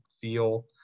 feel –